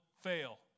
fail